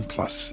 Plus